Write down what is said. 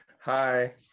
Hi